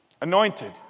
Anointed